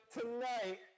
tonight